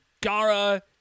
Gara